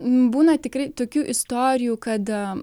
būna tikrai tokių istorijų kad